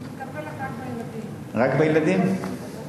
אני מטפלת רק בילדים, לא בגברים ולא בנשים.